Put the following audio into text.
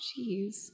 Jeez